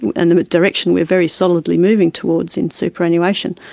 and the direction we're very solidly moving towards in superannuation,